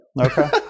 Okay